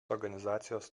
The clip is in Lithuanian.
organizacijos